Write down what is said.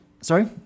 Sorry